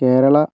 Kerala